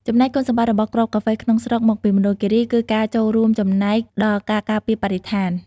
ចំណែក គុណសម្បត្តិរបស់គ្រាប់កាហ្វេក្នុងស្រុកមកពីមណ្ឌលគិរី គឺ ការចូលរួមចំណែកដល់ការការពារបរិស្ថាន។